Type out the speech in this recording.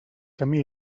camí